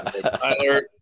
Tyler